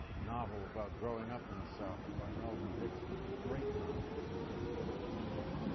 novel about growing up in the south by melvin dixon, a great novel that gets little attention,